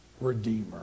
Redeemer